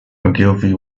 ogilvy